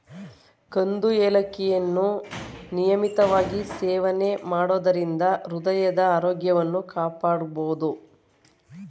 ಕಂದು ಏಲಕ್ಕಿಯನ್ನು ನಿಯಮಿತವಾಗಿ ಸೇವನೆ ಮಾಡೋದರಿಂದ ಹೃದಯದ ಆರೋಗ್ಯವನ್ನು ಕಾಪಾಡ್ಬೋದು